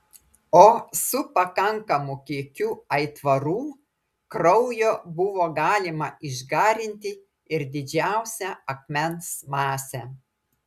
o su pakankamu kiekiu aitvarų kraujo buvo galima išgarinti ir didžiausią akmens masę